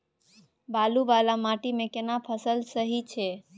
बालू वाला माटी मे केना फसल सही छै?